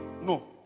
No